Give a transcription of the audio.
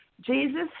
Jesus